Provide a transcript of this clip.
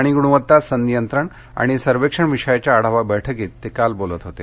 पाणी गुणवत्ता सनियंत्रण आणि सर्वेक्षण विषयाच्या आढावा बर्क्कीत ते काल बोलत होते